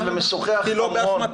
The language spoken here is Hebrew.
אני משוחח המון --- לא באשמתם,